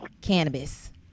cannabis